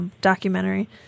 documentary